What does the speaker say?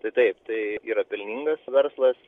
tai taip tai yra pelningas verslas